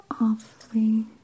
awfully